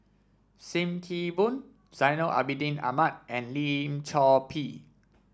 Sim Kee Boon Zainal Abidin Ahmad and Lim Chor Pee